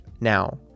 now